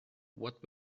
what